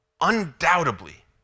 undoubtedly